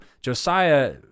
Josiah